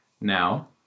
Now